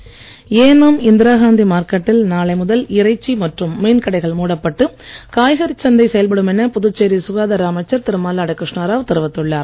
மல்லாடி ஏனாம் இந்திரா காந்தி மார்க்கெட்டில் நாளை முதல் இறைச்சி மற்றும் மீன் கடைகள் மூடப்பட்டு காய்கறிச் சந்தை செயல்படும் என சுகாதார அமைச்சர் திரு மல்லாடி கிருஷ்ணாராவ் புதுச்சேரி தெரிவித்துள்ளார்